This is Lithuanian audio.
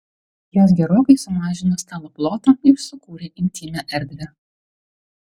jos gerokai sumažino stalo plotą ir sukūrė intymią erdvę